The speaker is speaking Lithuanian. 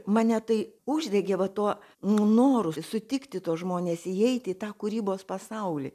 mane tai uždegė va to noru sutikti tuos žmones įeiti į tą kūrybos pasaulį